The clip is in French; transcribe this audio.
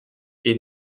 est